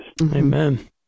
Amen